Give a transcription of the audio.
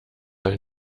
ein